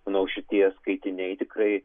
manau šitie skaitiniai tikrai